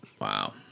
Wow